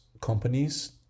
companies